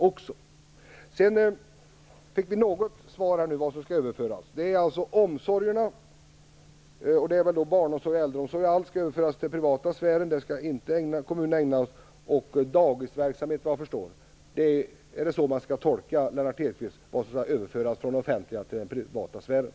Vi fick nu också svar på vad som skall överföras från den offentliga till den privata sfären. Det är alltså omsorgerna - barnomsorg och äldreomsorg samt dagisverksamhet, såvitt jag förstår - som kommunerna inte längre skall ägna sig åt. Är det så man skall tolka Lennart Hedquist?